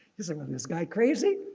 is i mean this guy crazy?